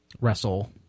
wrestle